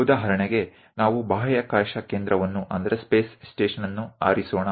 ಉದಾಹರಣೆಗೆ ನಾವು ಬಾಹ್ಯಾಕಾಶ ಕೇಂದ್ರವನ್ನು ಆರಿಸೋಣ